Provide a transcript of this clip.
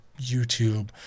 youtube